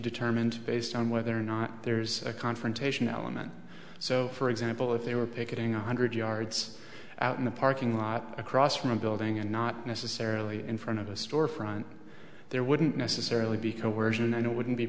determined based on whether or not there's a confrontation element so for example if they were picketing a hundred yards out in the parking lot across from a building and not necessarily in front of a store front there wouldn't necessarily be coercion and it wouldn't be